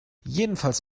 jedenfalls